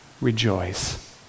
rejoice